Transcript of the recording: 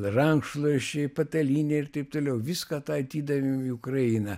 rankšluosčiai patalynė ir taip toliau viską tą atidavėm į ukrainą